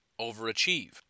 overachieve